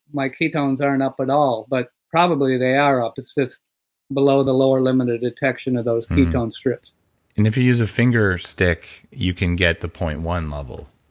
my ketones aren't up at all, but probably they are up. it's just below the lower limited detection of those ketone strips if you use a finger stick, you can get the point one level,